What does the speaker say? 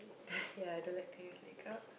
ya I don't like to use makeup